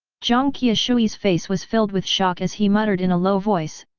jiang qiushui's face was filled with shock as he muttered in a low voice,